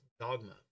dogma